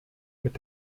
mit